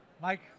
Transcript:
Mike